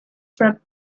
from